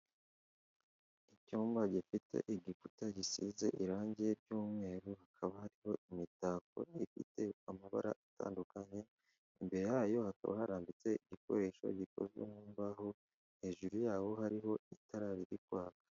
Icyumba gifite igikuta gisize irangi ry'umweru, hakaba hariho imitako ifite amabara atandukanye. Imbere yayo hakaba harambitse igikoresho gikozwe mu mbaho. Hejuru yaho hariho itara riri kwaka.